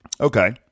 Okay